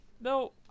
No